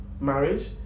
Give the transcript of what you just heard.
marriage